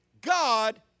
God